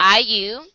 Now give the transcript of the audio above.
IU